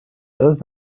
does